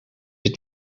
het